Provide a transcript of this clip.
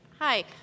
Hi